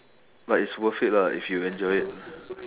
but it's worth it lah if you enjoy it